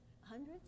Hundreds